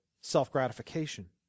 self-gratification